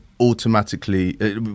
automatically